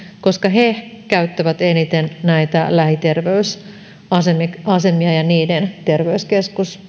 koska he käyttävät eniten näitä lähiterveysasemia ja niiden